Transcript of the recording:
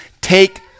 take